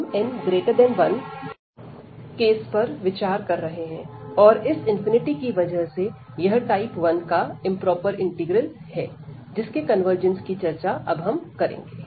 हम n1 case पर विचार कर रहे हैं और इस की वजह से यह टाइप 1 का इंप्रोपर इंटीग्रल है जिसके कन्वर्जेंस की चर्चा अब हम करेंगे